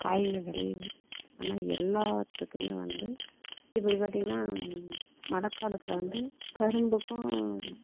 காயிங்க விளையுது ஆனால் எல்லாத்துக்குமே வந்து இப்படி பார்த்திங்னா மழை காலத்தில் வந்து கரும்புக்கும்